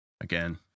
Again